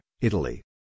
Italy